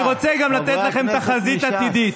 אני רוצה גם לתת לכם תחזית עתידית: